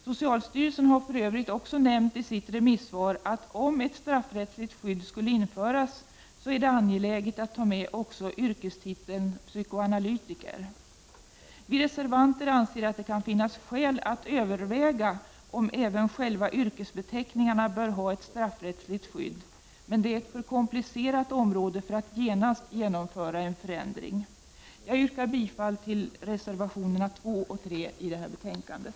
Socialstyrelsen har för övrigt nämnt i sitt remissvar att om ett straffrättsligt skydd skulle införas är det angeläget att ta med också yrkestiteln psykoanalytiker. Vi reservanter anser att det kan finnas skäl att överväga om även själva yrkesbeteckningarna bör ha ett straffrättsligt skydd. Det är ett för komplicerat område för att man genast skall kunna genomföra en förändring. Jag yrkar bifall till reservationerna 2 och 3 i betänkandet.